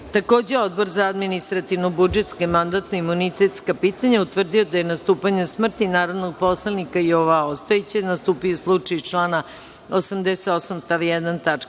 Odbora za administrativno-budžetska i mandatno-imunitetska pitanja utvrdio je da je nastupanjem smrti narodnog poslanika Jova Ostojića nastupio slučaj iz člana 88.